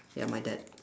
ya my dad